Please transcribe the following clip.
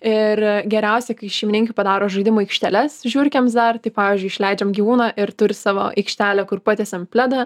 ir geriausiai kai šeimininkai padaro žaidimų aikšteles žiurkėms dar tai pavyzdžiui išleidžiam gyvūną ir turi savo aikštelę kur patiesiam pledą